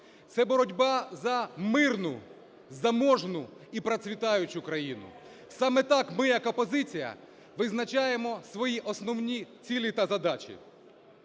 це боротьба за мирну, заможну і процвітаючу країну. Саме так ми як опозиція визначаємо свої основні цілі та задачі.